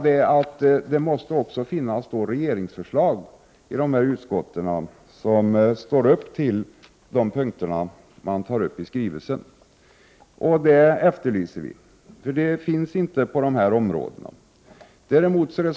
Då måste det också finnas regeringsförslag i utskotten som lever upp till de punkter som tas upp i skrivelsen. Vi efterlyser sådana förslag, eftersom det inte finns några när det gäller dessa områden.